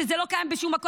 שזה לא קיים בשום מקום.